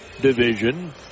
Division